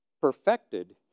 perfected